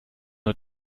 nur